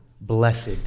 Blessed